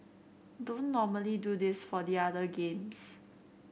don't normally do this for the other games